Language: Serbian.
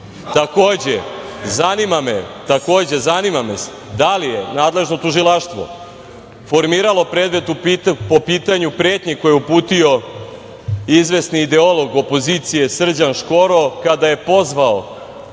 zanima nas da li je nadležno tužilaštvo formiralo predmet po pitanju pretnji koje je uputio izvesni ideolog opozicije Srđan Škoro kada je pozvao